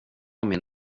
min